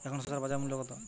এখন শসার বাজার মূল্য কত?